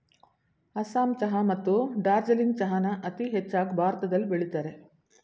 ಅಸ್ಸಾಂ ಚಹಾ ಮತ್ತು ಡಾರ್ಜಿಲಿಂಗ್ ಚಹಾನ ಅತೀ ಹೆಚ್ಚಾಗ್ ಭಾರತದಲ್ ಬೆಳಿತರೆ